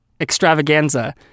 Extravaganza